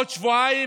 עוד שבועיים